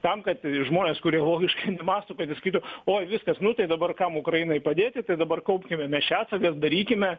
tam kad žmonės kurie logiškai nemąsto kad jis skaito oj viskas nu tai dabar kam ukrainai padėti tai dabar kaupkime mes čia atsargas darykime